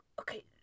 Okay